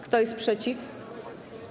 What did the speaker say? Kto jest przeciw?